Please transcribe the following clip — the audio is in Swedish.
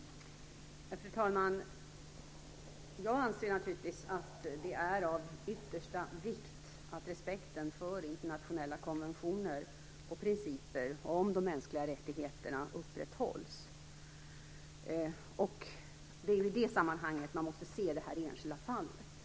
Håller utrikesministern med mig?